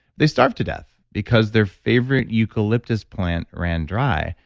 they starve to death because their favorite eucalyptus plant ran dry,